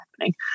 happening